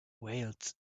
whales